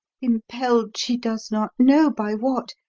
impelled she does not know by what,